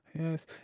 yes